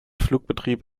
flugbetrieb